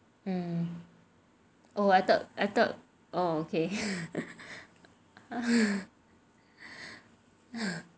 hmm oh I thought I thought oh okay